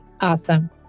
Awesome